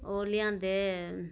ओह् लेआंदे